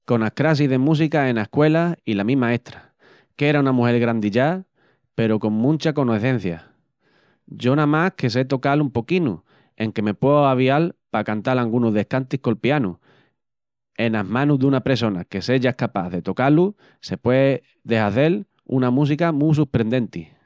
Conas crassis de música ena escuela i la mi maestra, qu'era una mugel grandi ya peru con muncha conecencia. Yo namás que se tocal un poquinu enque me pueu avial pa cantal angunus descantis col pianu, enas manus duna pressona que seya escapás de tocá-lu se pué de hazel una música mu susprendenti.